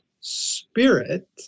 spirit